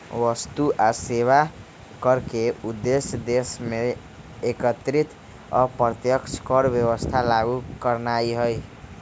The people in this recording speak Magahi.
वस्तु आऽ सेवा कर के उद्देश्य देश में एकीकृत अप्रत्यक्ष कर व्यवस्था लागू करनाइ हइ